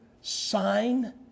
sign